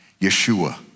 Yeshua